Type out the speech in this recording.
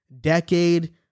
decade